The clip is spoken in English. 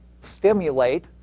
stimulate